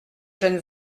jeune